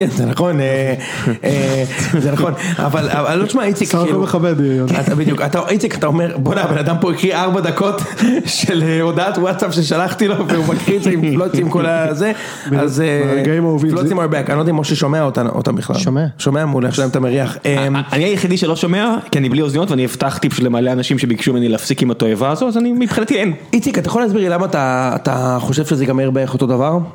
זה נכון, זה נכון. אבל תשמע איציק.. אתה איציק, אתה אומר בואנה בן אדם פה הקשיב 4 דקות של הודעת וואטסאפ ששלחתי לו והוא מקריא את זה עם פלוצים כול הזה.. אז פלוצים are back. אני לא יודע אם משה שומע אותנו בכלל.. שומע? מעולה. עכשיו אתה מריח.. אני היחידי שלא שומע כי אני בלי אוזניות ואני הבטחתי למלא אנשים שביקשו ממני להפסיק עם התועבה הזאת אז אני מבחינתי אין. איציק אתה יכול להסביר לי למה אתה חושב שזה ייגמר בערך אותו דבר?